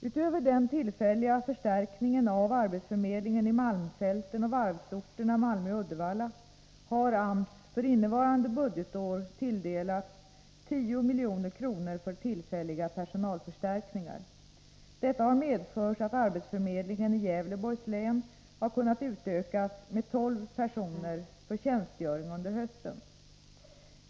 Utöver den tillfälliga förstärkningen av arbetsförmedlingen i malmfälten och på varvsorterna Malmö och Uddevalla, har AMS för innevarande budgetår tilldelats 10 milj.kr. för tillfälliga personalförstärkningar. Detta har medfört att arbetsförmedlingen i Gävleborgs län har kunnat utökas med tolv personer för tjänstgöring under hösten.